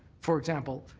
for example,